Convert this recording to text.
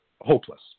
hopeless